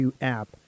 app